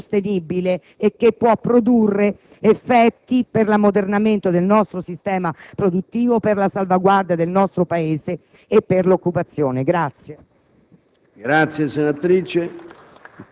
crescita attenta e sostenibile che può produrre effetti per l'ammodernamento del nostro sistema produttivo, per la salvaguardia del nostro Paese e per l'occupazione.